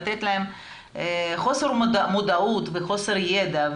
חוסר מודעות וחוסר ידע,